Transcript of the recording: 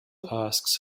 asks